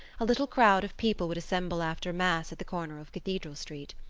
a little crowd of people would assemble after mass at the corner of cathedral street.